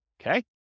Okay